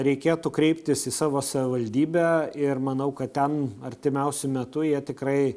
reikėtų kreiptis į savo savivaldybę ir manau kad ten artimiausiu metu jie tikrai